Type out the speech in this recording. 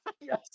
Yes